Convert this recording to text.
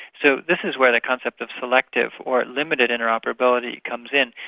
so this is where the concept of selective or limited interoperability comes in.